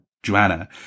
Joanna